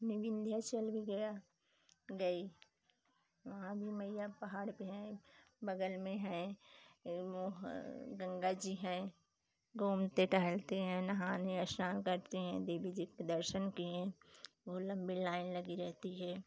मैं विन्ध्याचल भी गया गई वहाँ भी मैया पहाड़ पर हैं बगल में है ए वो हं गंगा जी हैं घूमते टहलती हूँ नहाने स्नान करते हैं देवी जी के दर्शन किएँ वो लम्बी लाइन लगी रहती है